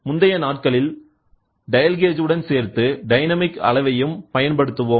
பழைய நாட்களில் dial gauge உடன் சேர்ந்து டைனமிக் அளவையும் பயன்படுத்துவோம்